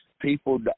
people